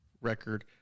record